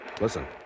Listen